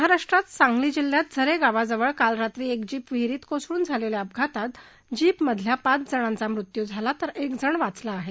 महाराष्ट्रात सांगली जिल्ह्यात झरे गावाजवळ काल रात्री एक जीप विहिरीत कोसळून झालेल्या अपघातात जीपमधल्या पाच जणांचा मृत्यू झाला तर एक जण वाचला आहे